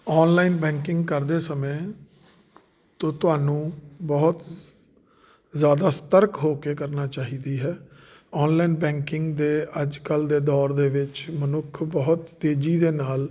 online banking ਕਰਦੇ ਸਮੇਂ ਤੋ ਤੁਹਾਨੂੰ ਬਹੁਤ ਸ ਜ਼ਿਆਦਾ ਸਤਰਕ ਹੋ ਕੇ ਕਰਨਾ ਚਾਹੀਦੀ ਹੈ ਓਨਲਾਈਨ ਬੈਂਕਿੰਗ ਦੇ ਅੱਜ ਕੱਲ੍ਹ ਦੇ ਦੌਰ ਦੇ ਵਿੱਚ ਮਨੁੱਖ ਬਹੁਤ ਤੇਜ਼ੀ ਦੇ ਨਾਲ